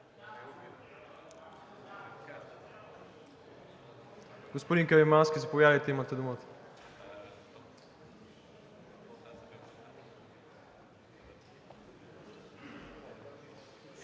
Господин Каримански, заповядайте – имате думата.